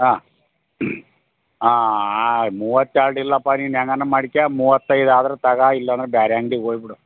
ಹಾಂ ಹಾಂ ಮೂವತ್ತೆರಡು ಇಲ್ಲಪ್ಪ ನೀನು ಹೆಂಗಾನ ಮಾಡ್ಕೋ ಮೂವತ್ತ ಐದು ಆದರೆ ತಗೋ ಇಲ್ಲ ಅಂದರೆ ಬೇರೆ ಅಂಗಡಿಗೆ ಹೋಗಿಬಿಡು